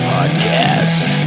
Podcast